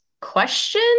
question